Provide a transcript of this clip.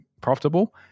profitable